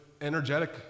energetic